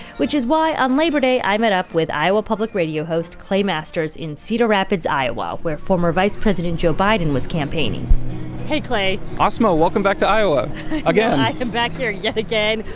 which is why on labor day i met up with iowa public radio host clay masters in cedar rapids, iowa, where former vice president joe biden was campaigning hey, clay asma, welcome back to iowa again back here yet again.